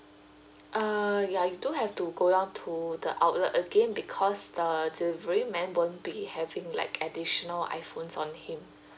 uh ya you do have to go down to the outlet again because the delivery man won't be having like additional iphones on him